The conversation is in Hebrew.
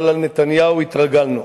אבל לנתניהו התרגלנו.